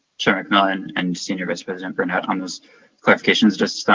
chair mcmillan and senior vice president burnett on this clarifications, just